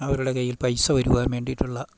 അവരുടെ കയ്യിൽ പൈസ വരുവാൻ വേണ്ടിയിട്ടുള്ള